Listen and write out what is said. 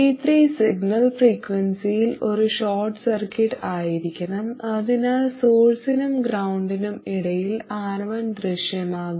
C3 signal ഫ്രീക്വൻസിയിൽ ഒരു short circuit ആയിരിക്കണം അതിനാൽ സോഴ്സിനും ഗ്രൌണ്ടിനും ഇടയിൽ R1 ദൃശ്യമാകും